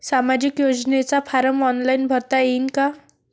सामाजिक योजनेचा form online भरता येईन का?